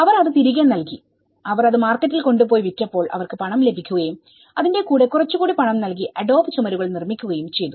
അവർ അത് തിരികെ നൽകിഅവർ അത് മാർക്കറ്റിൽ കൊണ്ടുപോയി വിറ്റപ്പോൾ അവർക്ക് പണം ലഭിക്കുകയും അതിന്റെ കൂടെ കുറച്ചുകൂടി പണം നൽകി അഡോബ് ചുമരുകൾ നിർമ്മിക്കുകയും ചെയ്തു